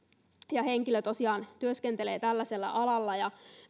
tämä henkilö tosiaan työskentelee tällaisella alalla ja